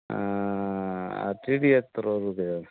ଆଁ ଆର୍ଟିଡ଼ିଓ ତରଫରୁ ହେବ କେଜାଣି